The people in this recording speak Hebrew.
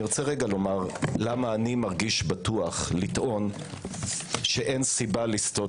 אני רוצה לומר למה אני מרגיש בטוח לטעון שאין סיבה לסטות